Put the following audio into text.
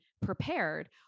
prepared